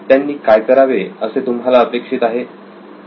त्यांनी काय करावे असे तुम्हाला अपेक्षित आहे